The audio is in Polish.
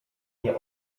nie